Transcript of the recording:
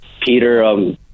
Peter